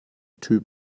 typ